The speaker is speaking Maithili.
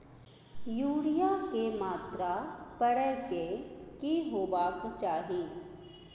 यूरिया के मात्रा परै के की होबाक चाही?